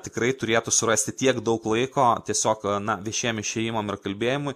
tikrai turėtų surasti tiek daug laiko tiesiog na viešiem išėjimam ir kalbėjimui